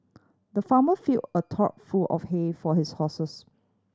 the farmer filled a trough full of hay for his horses